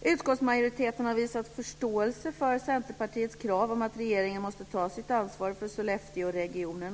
Utskottsmajoriteten har visat förståelse för Centerpartiets krav om att regeringen måste ta sitt ansvar för Sollefteåregionen.